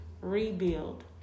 rebuild